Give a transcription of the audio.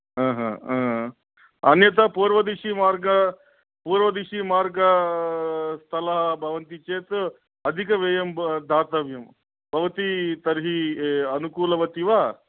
हा हा हा अन्यथा पूर्वदिशि मार्गः पूर्वदिशि मार्गः स्थलाः भवन्ति चेत् अधिकव्ययं दातव्यं भवती तर्हि अनुकूलवती वा